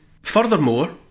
furthermore